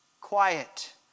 quiet